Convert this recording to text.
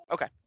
Okay